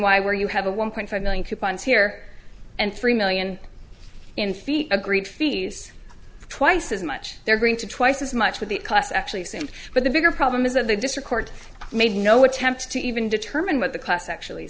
why where you have a one point five million coupons here and three million in feet agreed fees twice as much they're going to twice as much with the class actually seems but the bigger problem is that the district court made no attempt to even determine what the class actually